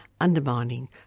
undermining